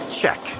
check